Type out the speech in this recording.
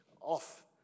off